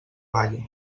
balla